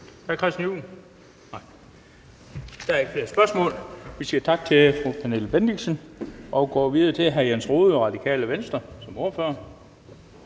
Der er ikke flere spørgsmål. Vi siger tak til fru Pernille Bendixen og går videre til hr. Jens Rohde som ordfører